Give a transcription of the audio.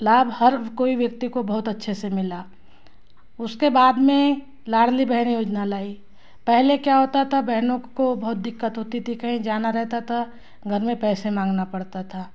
लाभ हर कोई व्यक्ति को बहुत अच्छे से मिला उसके बाद में लाडली बहेन योजना लाई पहले क्या होता था बहनों को बहुत दिक्कत होती थी कहीं जाना रहता था घर में पैसे मांगना पड़ता था